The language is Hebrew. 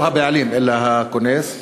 לא הבעלים אלא הכונס.